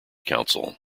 council